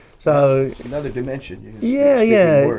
so another dimension. yeah yeah,